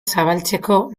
zabaltzeko